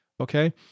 Okay